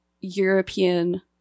european